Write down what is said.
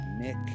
nick